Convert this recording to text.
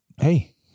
Hey